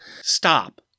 stop